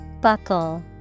Buckle